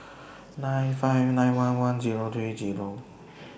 nine five nine one one Zero three Zero